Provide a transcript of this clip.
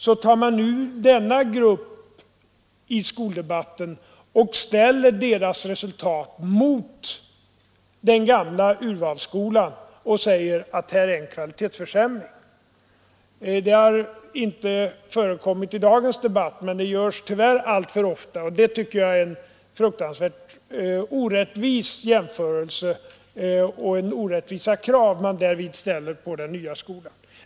Den gruppen tar man alltså ut och ställer dess resultat mot resultaten i den gamla urvalsskolan samt säger att här är det en kvalitetsförsämring. Det har inte förekommit i dagens debatt, men det görs tyvärr alltför ofta, och det tycker jag är en fruktansvärt orättvis jämförelse. Det är också orättvisa krav man då ställer på den nya skolan.